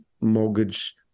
mortgage